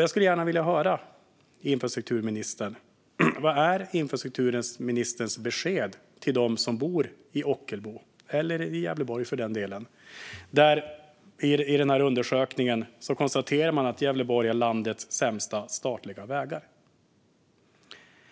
Jag skulle gärna vilja höra vad infrastrukturministern har för besked till dem som bor i Ockelbo, eller för den delen i Gävleborg. I den här undersökningen konstaterar man att Gävleborg har landets sämsta statliga vägar.